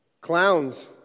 Clowns